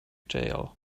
jail